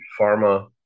pharma